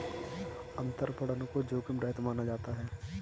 अंतरपणन को जोखिम रहित माना जाता है